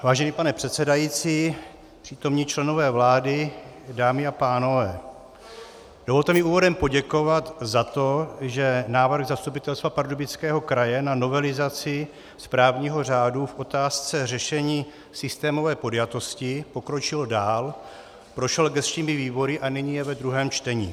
Vážený pane předsedající, přítomní členové vlády, dámy a pánové, dovolte mi úvodem poděkovat za to, že návrh Zastupitelstva Pardubického kraje na novelizaci správního řádu v otázce řešení systémové podjatosti pokročil dál, prošel gesčními výbory a nyní je ve druhém čtení.